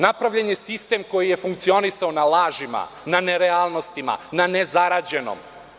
Napravljen je sistem koji je funkcionisao na lažima, na nerealnostima, na nezarađenom.